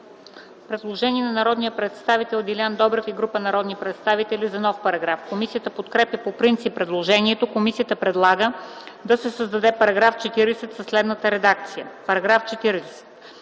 Предложение на народния представител Делян Добрев и група народни представители за нов параграф. Комисията подкрепя предложението. Комисията предлага да се създаде § 19 със следната редакция: „§ 19.